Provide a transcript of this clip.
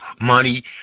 Money